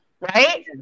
right